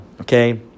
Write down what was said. okay